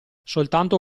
soltanto